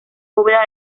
bóveda